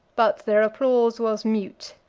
but their applause was mute,